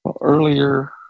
earlier